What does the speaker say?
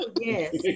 Yes